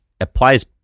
applies